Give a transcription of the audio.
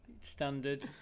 standard